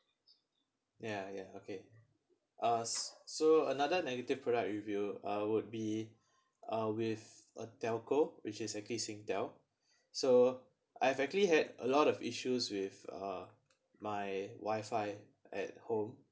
ya ya okay uh s~ so another negative product review uh would be uh with a telco which is actually SingTel so I've actually had a lot of issues with uh my wifi at home